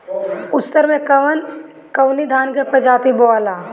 उसर मै कवन कवनि धान के प्रजाति बोआला?